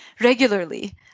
regularly